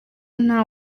nta